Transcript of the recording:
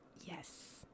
yes